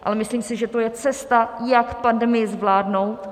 Ale myslím si, že to je cesta, jak pandemii zvládnout.